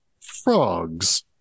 Frogs